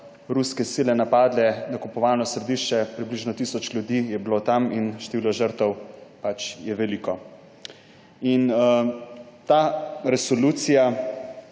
ruske sile napadle nakupovalno središče, približno tisoč ljudi je bilo tam in število žrtev je veliko. Ta resolucija